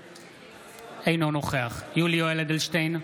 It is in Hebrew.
אינו נוכח יולי יואל אדלשטיין,